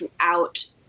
throughout